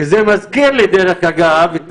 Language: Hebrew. וגם אתה